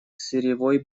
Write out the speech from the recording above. сырьевой